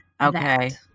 Okay